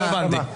לא הבנתי.